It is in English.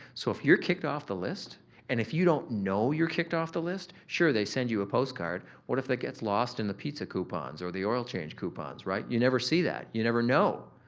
so, if you're kicked off the list and if you don't know you're kicked off the list, sure they send you a postcard. what if that gets lost in the pizza coupons or the oil change coupons, right? you never see that. you never know.